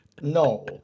no